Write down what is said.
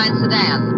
sedan